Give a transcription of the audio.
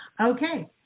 Okay